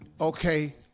okay